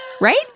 Right